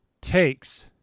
takes